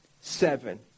Seven